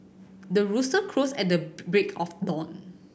the rooster crows at the break of dawn